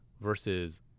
versus